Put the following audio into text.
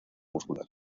muscular